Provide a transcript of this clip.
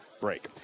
break